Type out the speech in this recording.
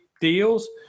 deals